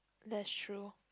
that's true